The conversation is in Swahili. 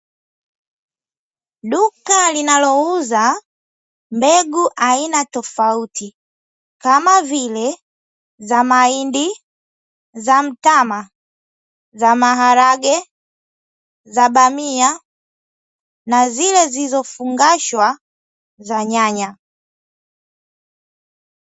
Duka linalouza mbegu aina tofauti, kama vile: za mahindi, za mtama, za maharage, za bamia, na zile zilizofungashwa za nyanya.